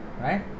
right